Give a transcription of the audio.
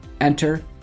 enter